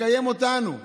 לקיים אותנו.